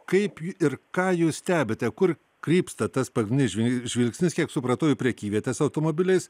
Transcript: kaip ir ką jūs stebite kur krypsta tas pagrindinis žvil žvilgsnis kiek supratau į prekyvietes automobiliais